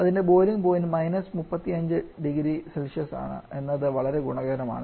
ഇതിൻറെ boiling point 35oC ആണ് എന്നത് വളരെ ഗുണകരമാണ്